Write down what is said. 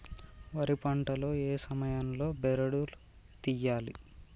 వరి పంట లో ఏ సమయం లో బెరడు లు తియ్యాలి?